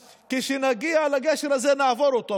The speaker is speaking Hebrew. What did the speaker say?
כשנגיע לגשר הזה נעבור אותו.